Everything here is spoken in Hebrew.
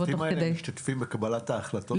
הצוותים האלה משתתפים בקבלת ההחלטות?